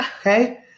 Okay